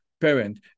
parent